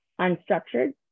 unstructured